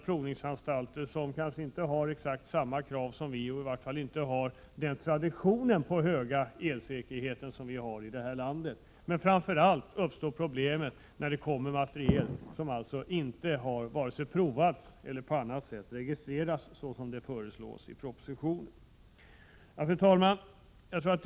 Provningsanstalterna där har kanske inte exakt samma krav som vi, och de har i varje fall inte den tradition som vi har med stor elsäkerhet. Framför allt uppstår problem när det kommer materiel som inte har vare sig provats eller på annat sätt registrerats, som föreslås i propositionen. Fru talman!